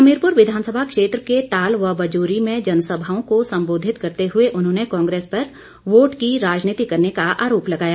हमीरपुर विधानसभा क्षेत्र के ताल व बजूरी में जनसभाओं को संबोधित करते हुए उन्होंने कांग्रेस पर वोट की राजनीति करने का आरोप लगाया